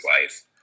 life